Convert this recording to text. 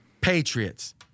Patriots